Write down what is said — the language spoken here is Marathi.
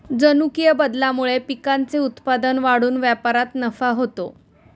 जनुकीय बदलामुळे पिकांचे उत्पादन वाढून व्यापारात नफा होतो